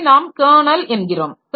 அதை நாம் கெர்னல் என்கிறோம்